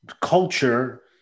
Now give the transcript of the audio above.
culture